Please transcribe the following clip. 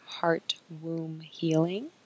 heartwombhealing